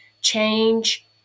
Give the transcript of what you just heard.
change